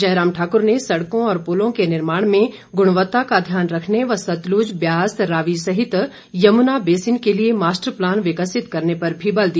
जयराम ठाकुर ने सड़कों और पुलों के निर्माण में ग्णवत्ता का ध्यान रखने व सतलूज ब्यास रावी सहित यमूना बेसिन के लिए मास्टर प्लान विकसित करने पर भी बल दिया